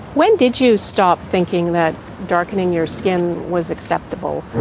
when did you stop thinking that darkening your skin was acceptable.